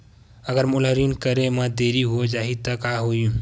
अगर मोला ऋण करे म देरी हो जाहि त का होही?